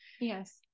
yes